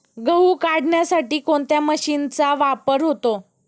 गहू काढण्यासाठी कोणत्या मशीनचा वापर होतो?